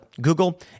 Google